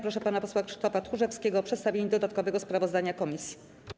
Proszę pana posła Krzysztofa Tchórzewskiego o przedstawienie dodatkowego sprawozdania komisji.